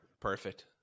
perfect